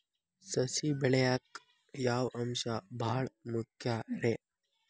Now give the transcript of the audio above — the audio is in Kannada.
ಸಸಿ ಬೆಳೆಯಾಕ್ ಯಾವ ಅಂಶ ಭಾಳ ಮುಖ್ಯ ರೇ?